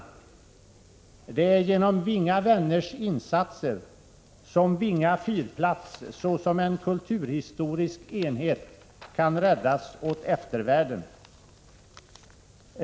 Det är genom Winga vänners insatser som Vinga fyrplats såsom en kulturhistorisk enhet kan räddas åt eftervärlden.